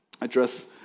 address